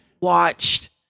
watched